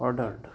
ordered